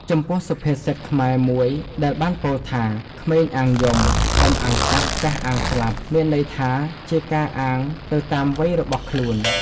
ចំពោះសុភាសិតខ្មែរមួយដែលបានពោលថា"ក្មេងអាងយំ ធំអាងកាប់ ចាស់អាងស្លាប់" មានន័យថាជាការអាងទៅតាមវ័យរបស់ខ្លួន ។